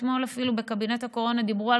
אתמול אפילו בקבינט הקורונה דיברו על